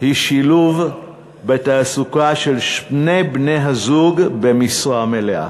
היא שילוב בתעסוקה של שני בני-הזוג במשרה מלאה,